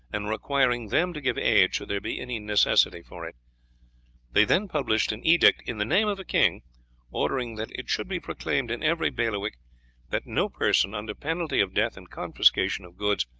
and requiring them to give aid should there be any necessity for it they then published an edict in the name of the king ordering that it should be proclaimed in every bailiwick that no person, under penalty of death and confiscation of goods,